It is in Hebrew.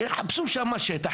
שיחפשו שם שטח,